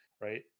Right